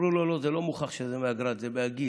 אמרו לו: לא, זה לא מוכח שזה מהגראד, זה מהגיל.